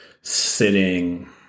sitting